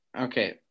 okay